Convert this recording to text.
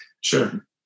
sure